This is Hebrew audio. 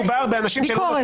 הוועדה) שמחה,